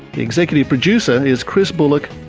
the executive producer is chris bullock,